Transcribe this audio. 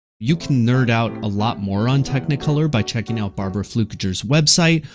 you can nerd out a lot more on technicolor by checking out barbara flueckiger's website,